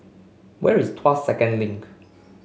where is Tuas Second Link